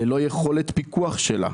ללא יכולת פיקוח שלה,